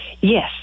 Yes